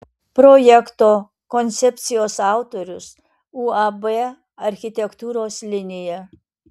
projekto koncepcijos autorius uab architektūros linija